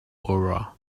aura